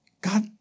God